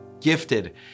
gifted